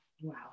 Wow